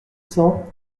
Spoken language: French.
cents